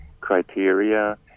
criteria